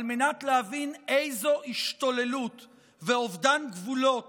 על מנת להבין איזו השתוללות ואובדן גבולות